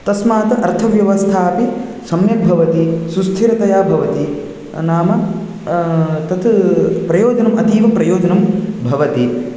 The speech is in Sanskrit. तस्मात् अर्थव्यवस्थापि सम्यग्भवति सुस्थिरतया भवति नाम तद् प्रयोजनम् अतीवप्रयोजनं भवति